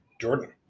Jordan